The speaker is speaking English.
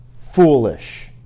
foolish